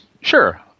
Sure